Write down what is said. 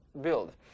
build